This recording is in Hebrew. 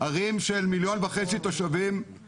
ערים של מיליון וחצי תושבים,